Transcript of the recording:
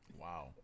Wow